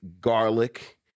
garlic